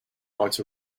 might